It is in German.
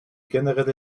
generelle